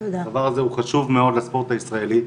הדבר הזה הוא חשוב מאוד לספורט הישראלי.